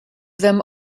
them